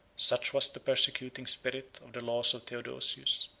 such was the persecuting spirit of the laws of theodosius,